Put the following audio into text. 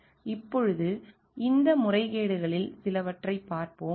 இப்போது இந்த முறைகேடுகளில் சிலவற்றைப் பார்ப்போம்